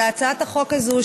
על הצעת החוק הזו,